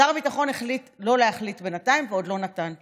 שר הביטחון החליט לא להחליט בינתיים ועוד לא נתן תשובה.